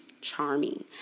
charming